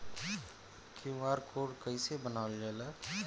QR code कइसे बनवाल जाला?